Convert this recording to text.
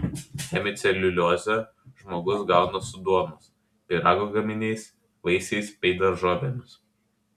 hemiceliuliozę žmogus gauna su duonos pyrago gaminiais vaisiais bei daržovėmis